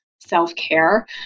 self-care